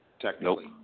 Technically